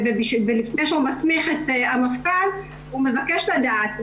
לפני שהוא מסמיך את המפכ"ל, הוא מבקש לדעת.